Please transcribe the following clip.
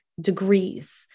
degrees